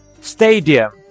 Stadium